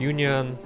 Union